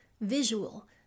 visual